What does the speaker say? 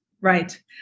Right